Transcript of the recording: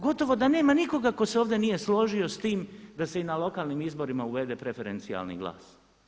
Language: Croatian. Gotovo da nema nikoga tko se ovdje nije složio s tim da se i na lokalnim izborima uvede preferencijalni glas.